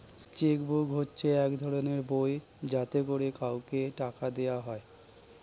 check book হচ্ছে এক ধরনের বই যাতে করে কাউকে টাকা দেওয়া হয়